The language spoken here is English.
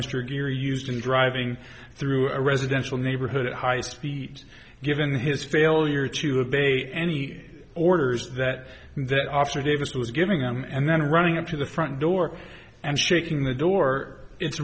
mr geary used in driving through a residential neighborhood at high speed given his failure to obey any orders that that officer davis was giving out and then running up to the front door and shaking the door it's